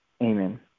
Amen